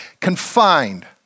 confined